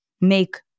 make